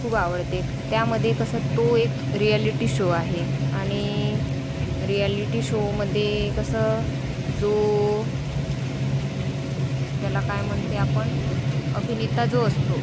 खूप आवडते त्यामध्ये कसं तो एक रिॲलिटी शो आहे आणि रियालिटी शोमध्ये कसं जो त्याला काय म्हणते आपण अभिनेता जो असतो